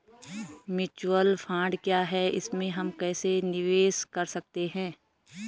Mutual fund क्या है इसमें हम कैसे निवेश कर सकते हैं?